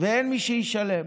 ואין מי שישלם,